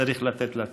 צריך לתת לה צ'אנס.